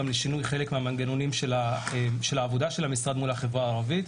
גם לשינוי חלק מהמנגנונים של עבודת המשרד מול החברה הערבית,